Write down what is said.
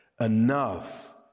enough